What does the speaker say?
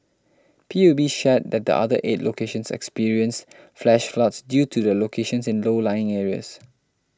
P U B shared that the other eight locations experienced flash floods due to their locations in low lying areas